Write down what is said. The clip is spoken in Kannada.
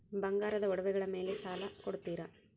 ಬಂಗಾರದ ಒಡವೆಗಳ ಮೇಲೆ ಸಾಲ ಕೊಡುತ್ತೇರಾ?